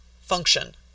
function